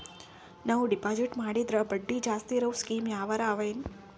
ನಾವು ಡೆಪಾಜಿಟ್ ಮಾಡಿದರ ಬಡ್ಡಿ ಜಾಸ್ತಿ ಇರವು ಸ್ಕೀಮ ಯಾವಾರ ಅವ ಏನ?